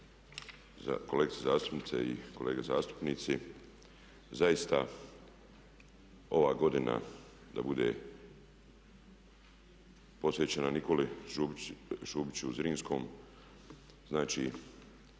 kolegice zastupnice i kolege zastupnici. Zaista ova godina da bude posvećena Nikoli Šubiću Zrinskom, znači